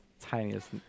tiniest